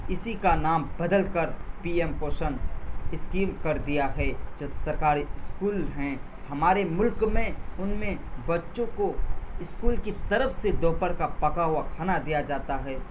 اسی کا نام بدل کر پی ایم پوشن اسکیم کر دیا ہے جو سرکاری اسکول ہیں ہمارے ملک میں ان میں بچوں کو اسکول کی طرف سے دوپہر کا پکا ہوا کھانا دیا جاتا ہے